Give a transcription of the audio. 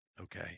okay